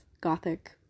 Gothic